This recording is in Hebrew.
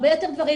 הרבה יותר דברים,